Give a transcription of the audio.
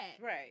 Right